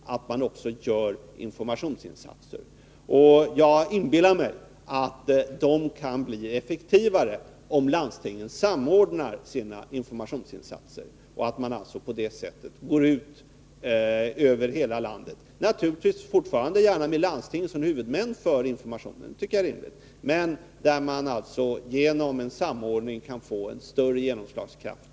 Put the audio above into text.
Jag inbillar mig att informationsinsatserna kan bli effektivare om landstingen samordnar sitt arbete, så att man går ut över hela landet, naturligtvis fortfarande gärna med landstingen som huvudmän för informationen. Men genom samordning kan man alltså få en större genomslagskraft.